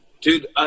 Dude